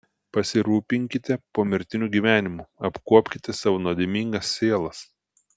pasirūpinkite pomirtiniu gyvenimu apkuopkite savo nuodėmingas sielas